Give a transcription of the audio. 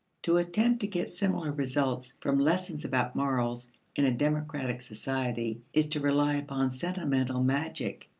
to attempt to get similar results from lessons about morals in a democratic society is to rely upon sentimental magic.